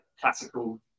classical